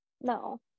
no